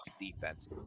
defense